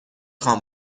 خوام